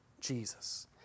Jesus